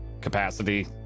capacity